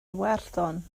iwerddon